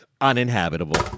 uninhabitable